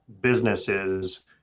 businesses